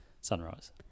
Sunrise